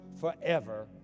forever